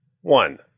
One